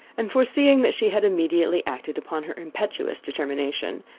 and foreseeing that she had immediately acted upon her impetuous determination,